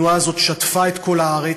התנועה הזאת שטפה את כל הארץ,